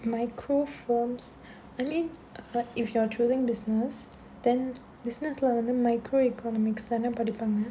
micro forms I mean i~ if you're choosing business then business leh வந்து:vandhu micro economics தான படிப்பாங்க:dhaana padippaanga